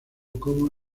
como